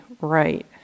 right